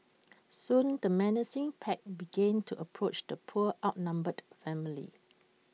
soon the menacing pack began to approach the poor outnumbered family